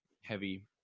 heavy